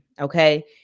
Okay